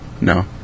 No